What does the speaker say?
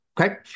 okay